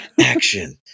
Action